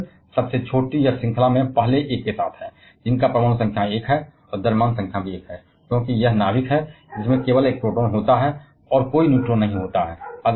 hydrogen सबसे छोटी या श्रृंखला में पहले एक के साथ है जिसका परमाणु संख्या एक है और द्रव्यमान संख्या भी एक है क्योंकि यह नाभिक है जिसमें केवल एक प्रोटॉन होता है और कोई न्यूट्रॉन नहीं होता है